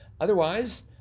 Otherwise